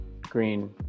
Green